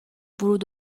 ورود